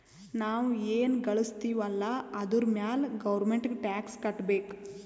ನಾವ್ ಎನ್ ಘಳುಸ್ತಿವ್ ಅಲ್ಲ ಅದುರ್ ಮ್ಯಾಲ ಗೌರ್ಮೆಂಟ್ಗ ಟ್ಯಾಕ್ಸ್ ಕಟ್ಟಬೇಕ್